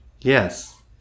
Yes